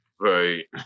Right